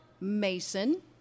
Mason